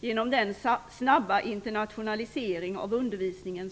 genom den snabba internationaliseringen av undervisningen.